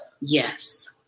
yes